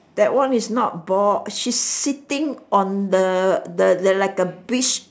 that one is not ball she's sitting on the the the like the beach